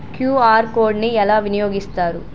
QR code ని ఎలా వినియోగిస్తారు?